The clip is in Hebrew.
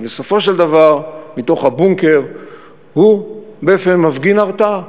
אבל בסופו של דבר מתוך הבונקר הוא מפגין הרתעה,